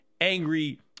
angry